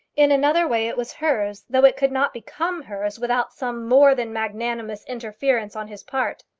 in another way it was hers though it could not become hers without some more than magnanimous interference on his part.